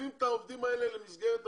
מוסיפים את העובדים האלה למסגרת המכלול.